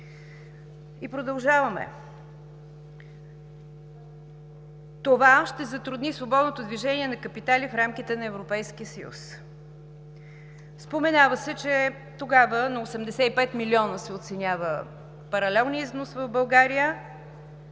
И продължаваме: „Това ще затрудни свободното движение на капитали в рамките на Европейския съюз.“ Споменава се, че тогава паралелният износ в България